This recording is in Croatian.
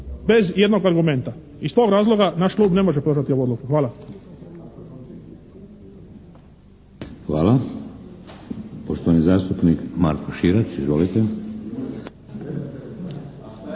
bez ijednog argumenta. Iz tog razloga naš klub ne može podržati ovu odluku. Hvala. **Šeks, Vladimir (HDZ)** Hvala. Poštovani zastupnik Marko Širac. Izvolite!